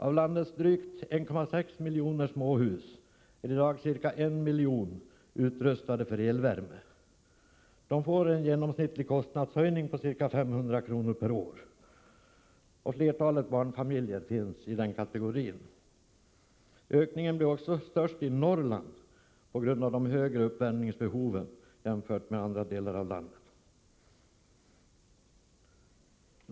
Av landets drygt 1,6 miljoner småhus är ca 1 miljon utrustade för elvärme. De får en genomsnittlig kostnadshöjning på ca 500 kr. per år. Flertalet barnfamiljer finns i den kategorin. Ökningen blir också störst i Norrland på grund av att uppvärmningsbehoven där är större än i andra delar av landet.